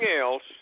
else